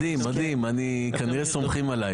דרך אגב, אני לא סגור על זה